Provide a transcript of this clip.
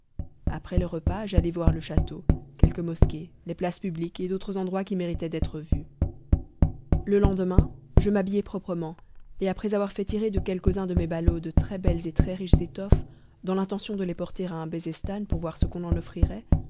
après le repas j'allai voir le château quelques mosquées les places publiques et d'autres endroits qui méritaient d'être vus le lendemain je m'habillai proprement et après avoir fait tirer de quelques-uns de mes ballots de très-belles et très riches étoffes dans l'intention de les porter à un bezestan pour voir ce qu'on en offrirait